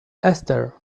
esther